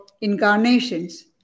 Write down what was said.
incarnations